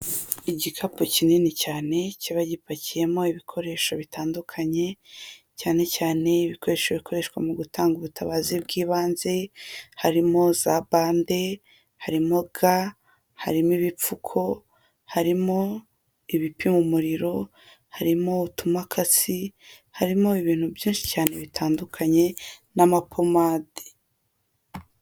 Igikapu kinini cyane kiba gipakiyemo ibikoresho bitandukanye cyane cyane ibikoresho bikoreshwa mu gutanga ubutabazi bw'ibanze harimo za bande, harimo ga, harimo ibipfuko, harimo ibipima umuriro, harimo utumakasi, harimo ibintu byinshi cyane bitandukanye n'amapomadi.